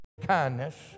kindness